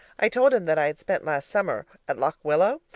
i told him that i had spent last summer at lock willow,